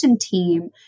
team